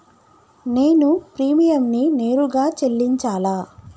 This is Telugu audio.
నేను ప్రీమియంని నేరుగా చెల్లించాలా?